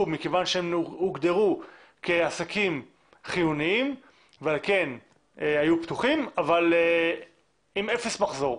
מכיוון שהם הוגדרו כעסקים חיוניים ועל כן היו פתוחים אבל עם אפס מחזור.